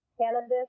Cannabis